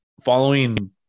following